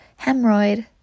hemorrhoid